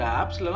apps